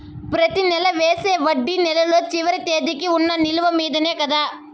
ప్రతి నెల వేసే వడ్డీ నెలలో చివరి తేదీకి వున్న నిలువ మీదనే కదా?